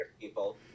people